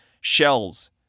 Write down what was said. shells